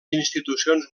institucions